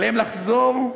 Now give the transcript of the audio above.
עליהם לחזור לביתם,